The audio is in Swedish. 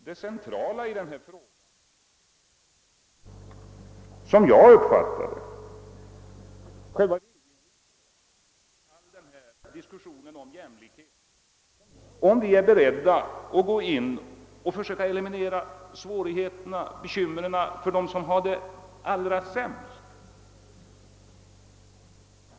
Det centrala är ändå, så som jag uppfattar saken, själva viljeinriktningen — om vi i all denna diskussion om jämlikhet är beredda att försöka eliminera svårigheterna för dem som har det allra sämst.